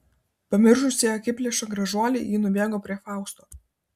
pamiršusi akiplėšą gražuolį ji nubėgo prie fausto